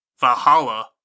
Valhalla